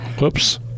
Whoops